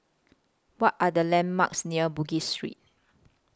What Are The landmarks near Bugis Street